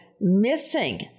missing